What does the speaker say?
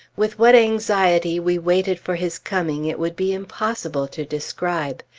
with what anxiety we waited for his coming it would be impossible to describe.